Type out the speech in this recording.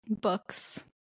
Books